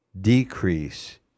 decrease